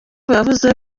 yavuze